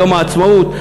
יום העצמאות.